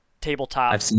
tabletop